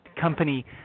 company